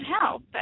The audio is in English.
help